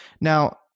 Now